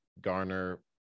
garner